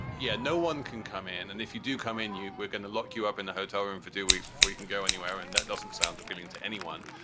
yeah, no one can come in. and if you do come in, you we're going to lock you up in a hotel room for two weeks before you can go anywhere. and that doesn't sound appealing to anyone.